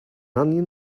onion